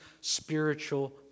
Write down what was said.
spiritual